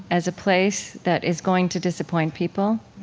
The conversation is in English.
as a place that is going to disappoint people,